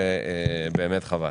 זה באמת חבל.